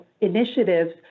initiatives